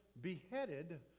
beheaded